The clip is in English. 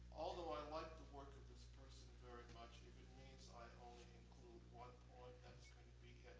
although i like the work of this person very much, if it means i only include one poem that's going to be